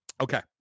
Okay